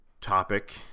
topic